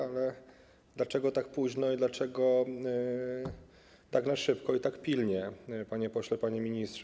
Ale dlaczego tak późno i dlaczego tak na szybko i tak pilnie, panie pośle, panie ministrze?